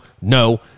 no